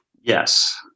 Yes